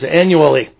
annually